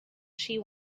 she